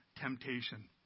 temptation